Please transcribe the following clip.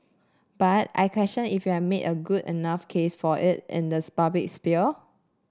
but I question if you've made a good enough case for it in the public sphere